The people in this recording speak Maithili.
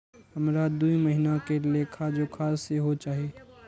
हमरा दूय महीना के लेखा जोखा सेहो चाही